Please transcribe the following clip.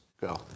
Go